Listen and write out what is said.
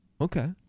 Okay